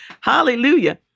Hallelujah